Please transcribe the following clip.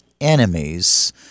enemies